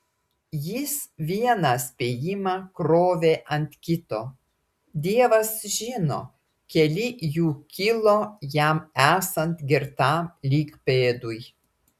jis vieną spėjimą krovė ant kito dievas žino keli jų kilo jam esant girtam lyg pėdui